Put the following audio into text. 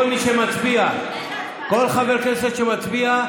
כל חבר כנסת שמצביע,